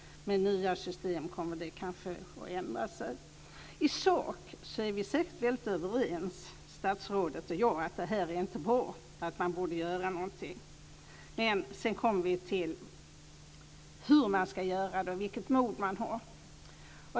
Med nya system kommer detta kanske att ändras. I sak är statsrådet och jag säkert väldigt överens om att det här inte är bra och att man borde göra någonting. Men sedan kommer vi till hur man ska göra det och vilket mod man har.